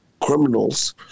criminals